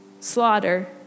slaughter